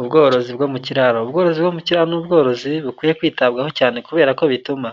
Ubworozi bwo mu kiraro, ubworozi bwo ku miraro ni ubworozi bukwiye kwitabwaho cyane kubera ko bituma